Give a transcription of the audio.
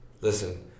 Listen